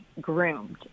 groomed